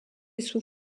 sous